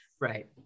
right